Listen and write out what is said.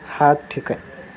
हा ठीक आहे